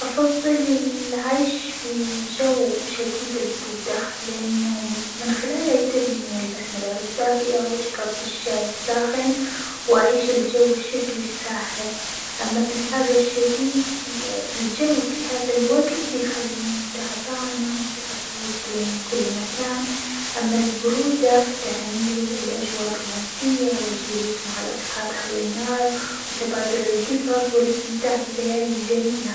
أفضل العيش بجو شديد البرودة لأنه من خلاله بجدر إني ألبس ملابس دافئة وأشرب الشاي الساخن وأعيش الجو الشتوي الساحر، أما في الحر الشديد الجو في هذا الوجت يخليني تعبانة، و أتعرج من كل مكان، أما البرودة فتعني لي الأجواء الرومانسية، والجلوس مع الأصحاب حول النار، وتبادل الجصص، والاستمتاع بالليالي الجميلة.